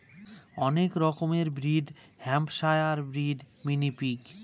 অনেক রকমের breed Hampshire breed, mini pig